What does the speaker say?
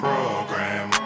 Program